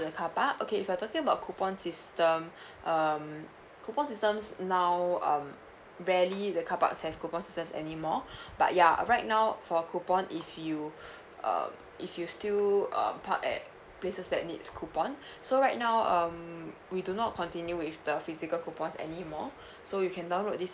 the carpark okay if you're talking about coupon system um coupon systems now um rarely the carparks have coupon system anymore but ya right now for coupon if you um if you still uh park at places that needs coupon so right now um we do not continue with the physical coupons anymore so you can download this